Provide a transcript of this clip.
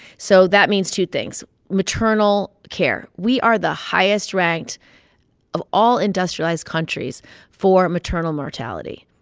so that means two things maternal care. we are the highest ranked of all industrialized countries for maternal mortality.